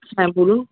হ্যাঁ বলুন